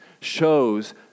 shows